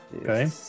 Okay